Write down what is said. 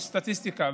יש סטטיסטיקה,